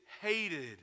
hated